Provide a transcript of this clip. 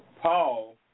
Paul